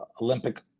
Olympic